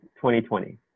2020